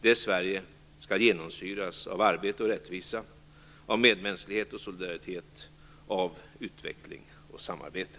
Detta Sverige skall genomsyras av arbete och rättvisa, av medmänsklighet och solidaritet, av utveckling och samarbete.